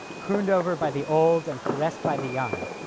crooned over by the old and caressed by the young,